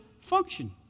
function